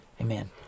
Amen